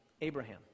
Abraham